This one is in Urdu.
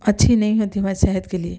اچھی نہیں ہوتی ہماری صحت کے لیے